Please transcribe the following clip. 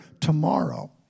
tomorrow